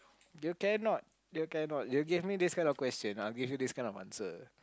you cannot you cannot you give me this kind of question I will give you this kind of answer